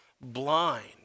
blind